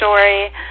story